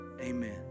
Amen